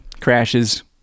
Crashes